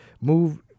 move